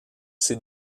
ces